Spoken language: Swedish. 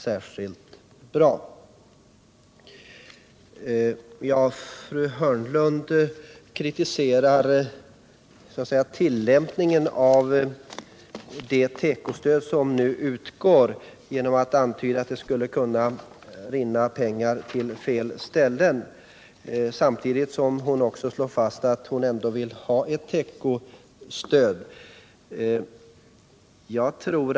strin, m.m. Fru Hörnlund kritiserar tillämpningen av det tekostöd som nu utgår genom att säga att det skulle kunna rinna pengar till fel ställen. Samtidigt slår hon fast att hon vill att tekostöd skall utgå.